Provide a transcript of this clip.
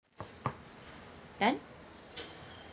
done